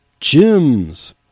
gyms